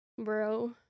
Bro